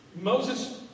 Moses